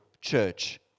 church